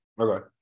Okay